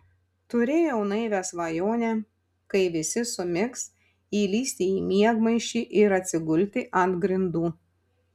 turėjau naivią svajonę kai visi sumigs įlįsti į miegmaišį ir atsigulti ant grindų